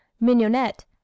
mignonette